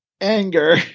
anger